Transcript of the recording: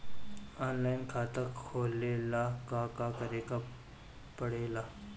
Online खाता खोले ला का का करे के पड़े ला?